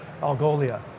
Algolia